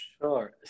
Sure